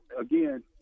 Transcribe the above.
again